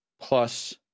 plus